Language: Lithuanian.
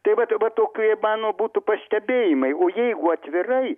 taip vat dabar tokie mano būtų pastebėjimai o jeigu atvirai